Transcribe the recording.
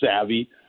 savvy